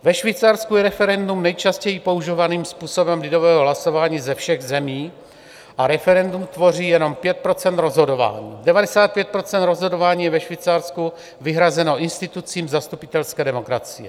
Ve Švýcarsku je referendum nejčastěji používaným způsobem lidového hlasování ze všech zemí a referendum tvoří jenom 5 % rozhodování, 95 % rozhodování je ve Švýcarsku vyhrazeno institucím zastupitelské demokracie.